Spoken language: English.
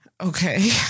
Okay